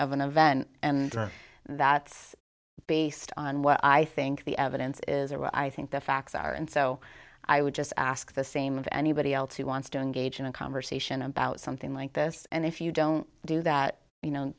of an event and that's based on what i think the evidence is or what i think the facts are and so i would just ask the same of anybody else who wants to engage in a conversation about something like this and if you don't do that you know